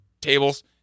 tables